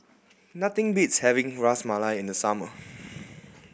nothing beats having Ras Malai in the summer